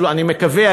אני מקווה,